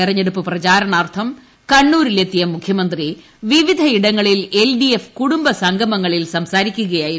തെരഞ്ഞെടുപ്പ് പ്രചരണാർത്ഥം കണ്ണൂരിലെത്തിയ മുഖ്യമന്ത്രി വിവിധയിടങ്ങളിൽ ഡി എൽ കുടുംബ സംഗമങ്ങളിൽ എഫ് സംസാരിക്കുകയായിരുന്നു